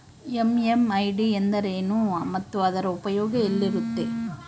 MMID ಎಂದರೇನು ಮತ್ತು ಅದರ ಉಪಯೋಗ ಎಲ್ಲಿರುತ್ತೆ?